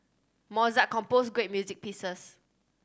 Mozart composed great music pieces